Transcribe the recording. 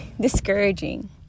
discouraging